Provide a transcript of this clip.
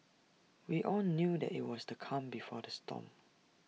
we all knew that IT was the calm before the storm